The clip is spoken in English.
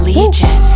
Legion